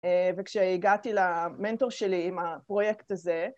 וכשהגעתי למנטור שלי עם הפרויקט הזה,